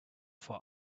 for